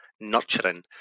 nurturing